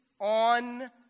on